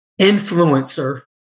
influencer